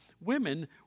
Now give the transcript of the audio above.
women